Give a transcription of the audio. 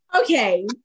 Okay